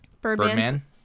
Birdman